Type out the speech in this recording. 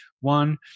one